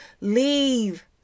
Leave